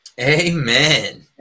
Amen